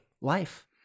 Life